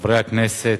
חברי הכנסת,